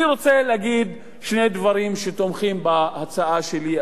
אני רוצה להגיד שני דברים שתומכים בהצעה שלי,